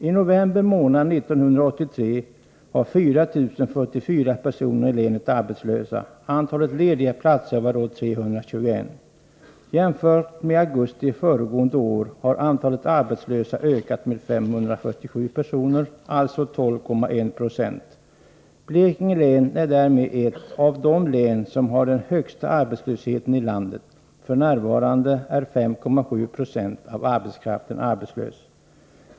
I november månad 1983 var 4 044 personer i länet arbetslösa. Antalet lediga platser var då 321. Jämfört med augusti månad föregående år har antalet arbetslösa ökat med 547 personer, eller 12,1 26. Blekinge län är därmed ett av de län som har den högsta arbetslösheten i landet. F.n. är 5,7 90 av arbetskraften arbetslös.